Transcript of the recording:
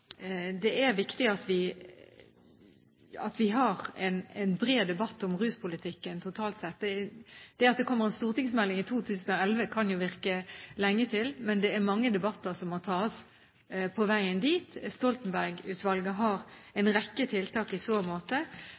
Det er viktig at vi har en bred debatt om ruspolitikken totalt sett. Det kommer en stortingsmelding i 2011. Det kan virke lenge til, men det er mange debatter som må tas på veien dit. Stoltenberg-utvalget har en rekke tiltak i så måte